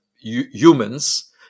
humans